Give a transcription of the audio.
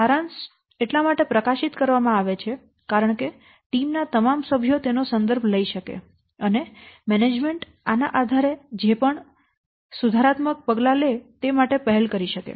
સારાંશ એટલા માટે પ્રકાશિત કરવામાં આવે છે કારણ કે ટીમ ના તમામ સભ્યો તેનો સંદર્ભ લઈ શકે અને મેનેજમેન્ટ આના આધારે જે પણ સુધારાત્મક પગલાં લે તે માટે પહેલ કરી શકે